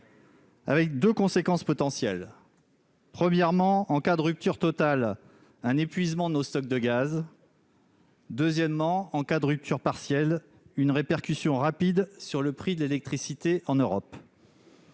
Avec 2 conséquences potentielles. Premièrement, en cas de rupture totale un épuisement nos stocks de gaz. Deuxièmement, encadre rupture partielle une répercussion rapide sur le prix de l'électricité en Europe.